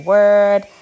Word